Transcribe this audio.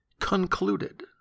Concluded